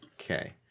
Okay